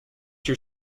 your